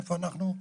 איפה אנחנו.